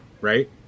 right